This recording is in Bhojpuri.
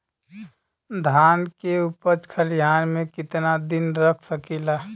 धान के उपज खलिहान मे कितना दिन रख सकि ला?